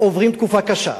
עוברים תקופה קשה,